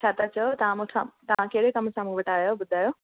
छा था चओ तव्हां मूंसां तव्हां कहिड़े कम सां मूं वटि आया आहियो ॿुधायो